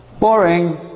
Boring